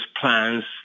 plans